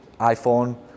iPhone